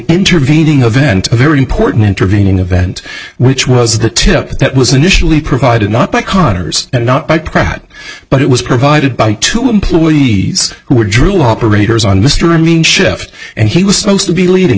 intervening event a very important intervening event which was the tip that was initially provided not by connor's and not by pratt but it was provided by two employees who were drilling operators on mr amine shift and he was supposed to be leading